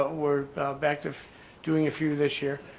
ah we're back to doing a few this year.